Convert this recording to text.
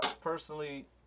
personally